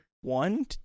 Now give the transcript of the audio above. one